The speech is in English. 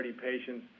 patients